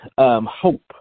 hope